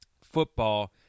football